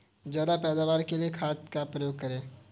ज्यादा पैदावार के लिए कौन सी खाद का प्रयोग करें?